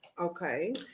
Okay